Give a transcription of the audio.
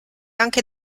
anche